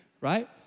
right